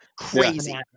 crazy